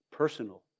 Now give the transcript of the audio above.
Personal